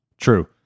True